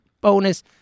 bonus